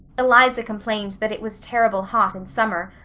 eliza complained that it was terrible hot in summer,